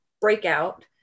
breakout